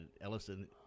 Ellison